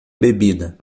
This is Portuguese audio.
bebida